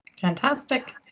Fantastic